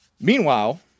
Meanwhile